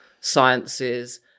sciences